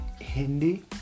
Hindi